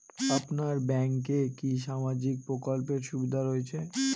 আপনার ব্যাংকে কি সামাজিক প্রকল্পের সুবিধা রয়েছে?